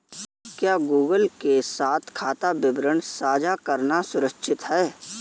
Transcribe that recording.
क्या गूगल के साथ खाता विवरण साझा करना सुरक्षित है?